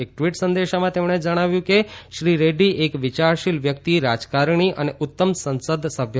એક ટ્વીટ સંદેશામાં તેમણે જણાવ્યું છે કે શ્રી રેડ્ડી એક વિચારશીલ વ્યક્તિ રાજકારણી અને ઉત્તમ સંસદ સભ્ય હતા